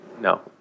No